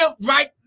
Right